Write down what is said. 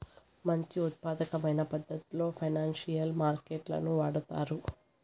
మంచి ఉత్పాదకమైన పద్ధతిలో ఫైనాన్సియల్ మార్కెట్ లను వాడుతారు